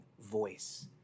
voice